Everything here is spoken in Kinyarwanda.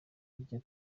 iryo